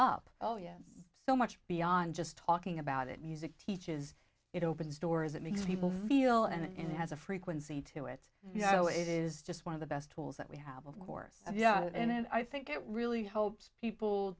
up oh yes so much beyond just talking about it music teaches it opens doors it makes people feel and has a frequency to it you know it is just one of the best tools that we have of course yeah and i think it really helps people